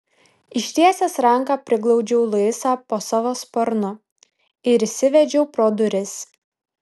ištiesęs ranką priglaudžiau luisą po savo sparnu ir įsivedžiau pro duris